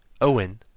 Owen